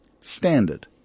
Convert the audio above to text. standard